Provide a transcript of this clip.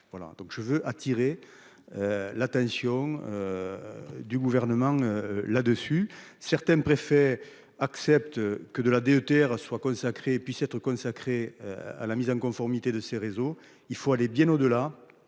je veux attirer. L'attention. Du gouvernement là dessus. Certains préfets accepte que de la DETR soit consacré puisse être consacrée à la mise en conformité de ces réseaux, il faut aller bien au-delà.